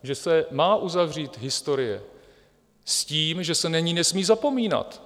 Že se má uzavřít historie s tím, že se na ni nesmí zapomínat.